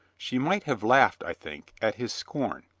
she might have laughed, i think, at his scorn,